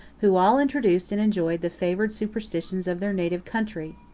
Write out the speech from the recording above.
who all introduced and enjoyed the favorite superstitions of their native country.